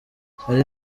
hari